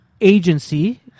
agency